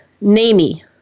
NAMI